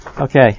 Okay